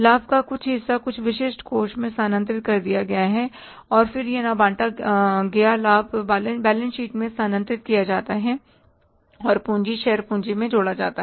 लाभ का हिस्सा कुछ विशिष्ट कोष में स्थानांतरित कर दिया जाता है और फिर ना बांटा गया लाभ बैलेंस शीट में स्थानांतरित किया जाता है और पूंजी शेयर पूंजी में जोड़ा जाता है